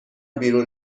بیرون